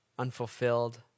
unfulfilled